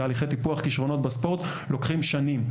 תהליכי טיפוח כישרונות בספורט לוקחים שנים.